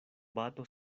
bato